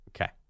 Okay